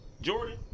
Jordan